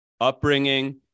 upbringing